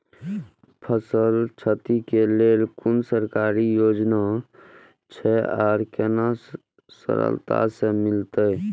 फसल छति के लेल कुन सरकारी योजना छै आर केना सरलता से मिलते?